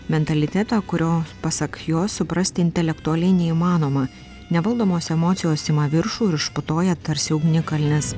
mentalitetą kurio pasak jos suprasti intelektualiai neįmanoma nevaldomos emocijos ima viršų ir užputoja tarsi ugnikalnis